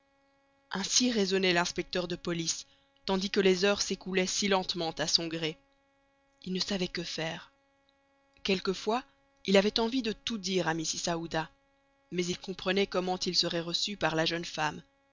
ainsi raisonnait l'inspecteur de police tandis que les heures s'écoulaient si lentement à son gré il ne savait que faire quelquefois il avait envie de tout dire à mrs aouda mais il comprenait comment il serait reçu par la jeune femme